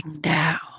down